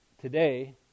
today